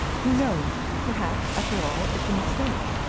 who knows? perhaps, after all, it's a mistake.